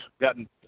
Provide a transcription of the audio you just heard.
Gotten